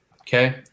Okay